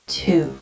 two